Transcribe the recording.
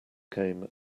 came